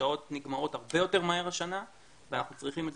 השעות נגמרות הרבה יותר מהר השנה ואנחנו צריכים את